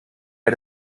bei